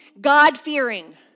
God-fearing